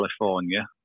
California